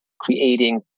creating